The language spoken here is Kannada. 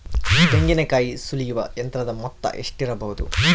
ತೆಂಗಿನಕಾಯಿ ಸುಲಿಯುವ ಯಂತ್ರದ ಮೊತ್ತ ಎಷ್ಟಿರಬಹುದು?